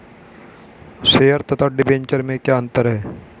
Share तथा debenture में क्या अंतर है?